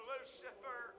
Lucifer